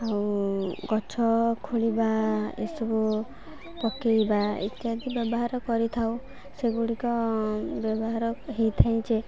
ଆଉ ଗଛ ଖୋଳିବା ଏସବୁ ପକାଇବା ଇତ୍ୟାଦି ବ୍ୟବହାର କରିଥାଉ ସେଗୁଡ଼ିକ ବ୍ୟବହାର ହୋଇଥାଏ ଯେ